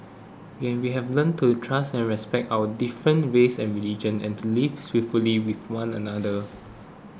and we have learnt to trust and respect our different races and religions and to live peacefully with one another